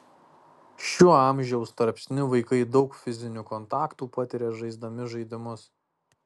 šiuo amžiaus tarpsniu vaikai daug fizinių kontaktų patiria žaisdami žaidimus